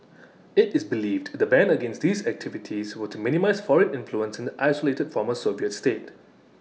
IT is believed the ban against these activities were to minimise foreign influence in the isolated former Soviet state